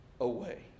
away